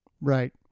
Right